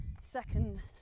second